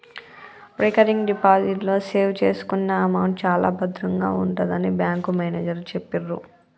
recurring deposit లో save చేసుకున్న amount చాలా భద్రంగా ఉంటుందని బ్యాంకు మేనేజరు చెప్పిర్రు